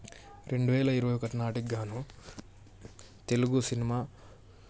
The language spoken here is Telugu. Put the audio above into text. రెండు వేల ఇరవై ఒకటి నాటికి గాను తెలుగు సినిమా